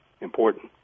important